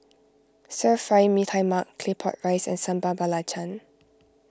Stir Fry Mee Tai Mak Claypot Rice and Sambal Belacan